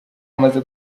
amaze